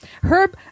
Herb